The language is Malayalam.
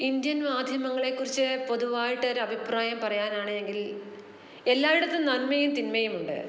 ഇന്ത്യൻ മാധ്യമങ്ങളെക്കുറിച്ച് പൊതുവായിട്ടൊരു അഭിപ്രായം പറയാനാണ് എങ്കിൽ എല്ലായിടത്തും നന്മയും തിന്മയും ഉണ്ട്